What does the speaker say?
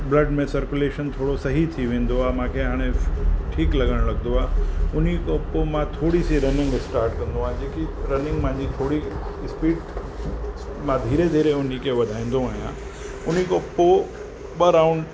blood में circulation थोरो सही थी वेंदो आहे मूंखे हाणे ठीकु लॻणु लॻंदो आहे उन खां पोइ मां थोरी सी रनिंग स्टार्ट कंदो आहे जेकी रनिंग मुंहिंजी थोरी स्पीड मां धीरे धीरे उन खे वधाईंदो आहियां उन खां पोइ ॿ राउंड